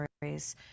stories